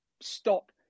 stop